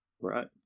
Right